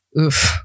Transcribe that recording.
oof